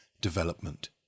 development